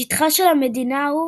שטחה של המדינה הוא